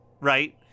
Right